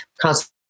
constantly